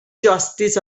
justice